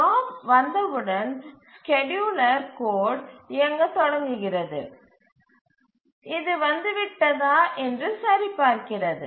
job வந்தவுடன் scheduler code இயங்கத் தொடங்குகிறது இது வந்துவிட்டதா என்று சரிபார்க்கிறது